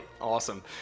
Awesome